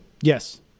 yes